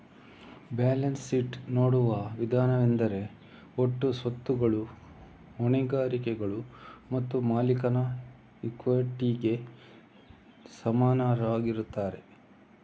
balance sheet ನೋಡುವ ವಿಧಾನವೆಂದರೆ ಒಟ್ಟು ಸ್ವತ್ತುಗಳು ಹೊಣೆಗಾರಿಕೆಗಳು ಮತ್ತು ಮಾಲೀಕರ ಇಕ್ವಿಟಿಗೆ ಸಮನಾಗಿರುತ್ತದೆ